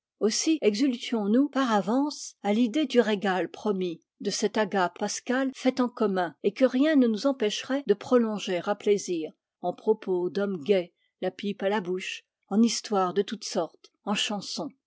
aussi exultions nous par avance à l'idée du régal promis de cette agape pascale faite en commun et que rien ne nous empêcherait de prolonger à plaisir en propos d'hommes gais la pipe à la bouche en histoires de toutes sortes en chansons